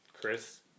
Chris